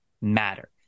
matter